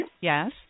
Yes